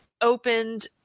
opened